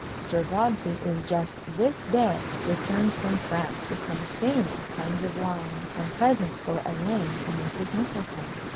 sir godfrey is just this day returned from france with some famous tuns of wine, and presents for elaine and mrs. mistletoe.